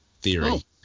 theory